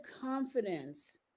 confidence